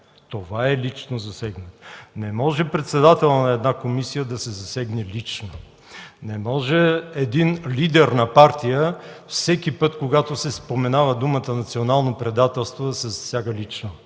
Това е лично засегнат. Не може председателят на една комисия да се засегне лично. Не може един лидер на партия всеки път, когато се споменава изразът „национално предателство”, да се засяга лично.